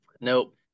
nope